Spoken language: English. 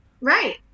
Right